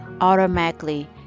Automatically